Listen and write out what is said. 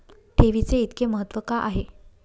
ठेवीचे इतके महत्व का आहे?